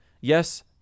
yes